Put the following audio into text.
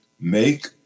Make